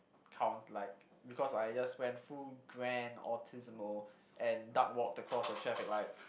count like because I just went full grand and duck walk across a traffic light